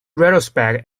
retrospect